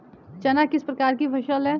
चना किस प्रकार की फसल है?